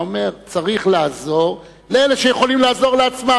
והיה אומר: צריך לעזור לאלה שיכולים לעזור לעצמם.